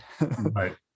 Right